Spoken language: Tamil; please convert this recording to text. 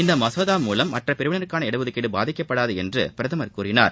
இம்மசோதா மூலம் மற்ற பிரிவினருக்கான இடஒதுக்கீடு பாதிக்கப்படாது என்று பிரதமர் கூறினார்